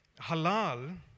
halal